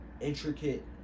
intricate